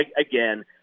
again